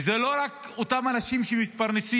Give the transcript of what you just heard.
וזה לא רק אותם אנשים שמתפרנסים.